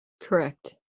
Correct